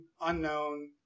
unknown